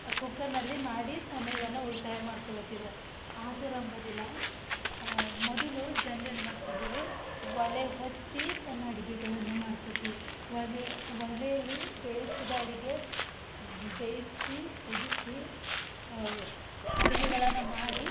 ಕುಕ್ಕರ್ನಲ್ಲಿ ಮಾಡಿ ಸಮಯವನ್ನು ಉಳಿತಾಯ ಮಾಡ್ಕೊಳ್ಳತ್ತಿದೇವೆ ಆದರಂಬದಿಲ್ಲ ಮೊದಲು ಜನ್ರೇನು ಮಾಡ್ತಾ ಇದ್ದರು ಒಲೆ ಹಚ್ಚಿ ತನ್ನ ಅಡಿಗೆಗಳನ್ನು ಮಾಡ್ಕೋತಿದ್ರು ಒಲೆ ಒಲೇಲಿ ಬೇಯಿಸಿದ ಅಡಿಗೆ ಬೇಯಿಸಿ ಕುದಿಸಿ ಆ ಅಡಿಗೆಗಳನ್ನು ಮಾಡಿ